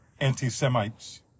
anti-Semites